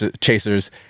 chasers